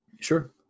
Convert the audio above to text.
Sure